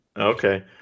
Okay